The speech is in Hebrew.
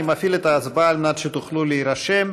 אני מפעיל את ההצבעה כדי שתוכלו להירשם.